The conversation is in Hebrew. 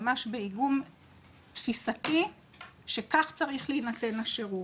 ממש באיגום תפיסתי שכך צריך להינתן השירות.